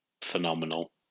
phenomenal